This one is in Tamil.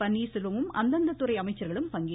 பன்னீர்செல்வமும் அந்தந்த துறை அமைச்சர்களும் பங்கேற்றனர்